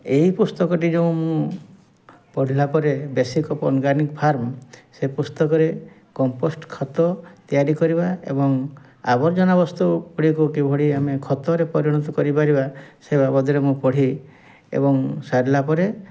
ଏହି ପୁସ୍ତକଟି ଯେଉଁ ମୁଁ ପଢ଼ିଲାପରେ ବେସିକ୍ ଅପ୍ ଅର୍ଗାନିକ୍ ଫାର୍ମ ସେ ପୁସ୍ତକରେ କମ୍ପୋଷ୍ଟ୍ ଖତ ତିଆରି କରିବା ଏବଂ ଆବର୍ଜନା ବସ୍ତୁଗୁଡ଼ିକୁ କିଭଳି ଆମେ ଖତରେ ପରିଣତ କରିପାରିବା ସେ ବାବଦରେ ମୁଁ ପଢ଼ି ଏବଂ ସାରିଲାପରେ